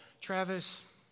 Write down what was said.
Travis